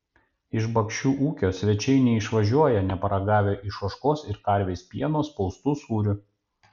iš bakšių ūkio svečiai neišvažiuoja neparagavę iš ožkos ir karvės pieno spaustų sūrių